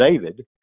David